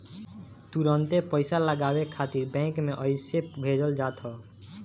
तुरंते पईसा लगावे खातिर बैंक में अइसे भेजल जात ह